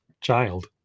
child